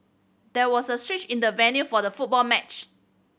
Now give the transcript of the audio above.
there was a switch in the venue for the football match